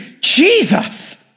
Jesus